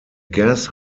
gas